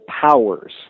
powers